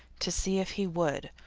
to see if he would,